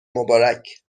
مبارک